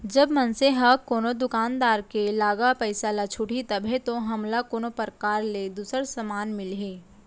जब मनसे ह कोनो दुकानदार के लागा पइसा ल छुटही तभे तो हमला कोनो परकार ले दूसर समान मिलही